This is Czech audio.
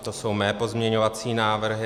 To jsou mé pozměňovací návrhy.